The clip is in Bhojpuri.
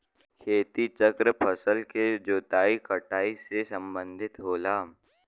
खेती चक्र फसल के जोताई कटाई से सम्बंधित होला